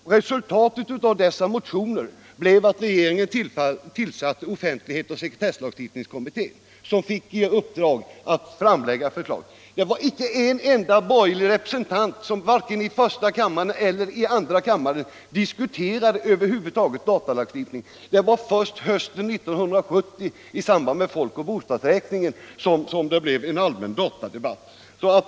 Resultatet blev att regeringen tillsatte offentlighets och sekretesslagstiftningskommittén, som fick i uppdrag att framlägga förslag. Det var då icke en enda borgerlig representant som i vare sig första eller andra kammaren över huvud taget diskuterade datalagstiftningen. Datalagstiftningen har alltså tillkommit som en följd av socialdemokratiska initiativ i riksdagen. Först hösten 1970 i samband med folk och bostadsräkningen blev det en allmän datadebatt.